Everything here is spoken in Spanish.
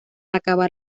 acabar